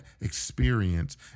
experience